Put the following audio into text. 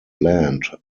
land